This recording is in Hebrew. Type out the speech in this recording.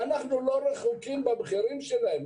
אנחנו לא רחוקים במחירים שלהן,